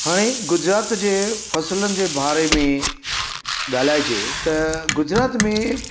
हाणे गुजरात जे फ़सुलुनि जे बारे में ॻाल्हाइजे त गुजरात में